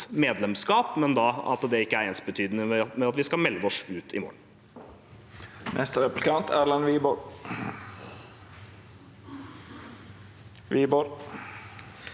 medlemskap, men det er ikke ensbetydende med at vi skal melde oss ut i morgen.